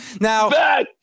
Now-